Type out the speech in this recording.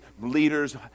leaders